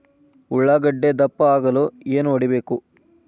ಉಳ್ಳಾಗಡ್ಡೆ ದಪ್ಪ ಆಗಲು ಏನು ಹೊಡಿಬೇಕು?